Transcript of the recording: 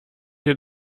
dir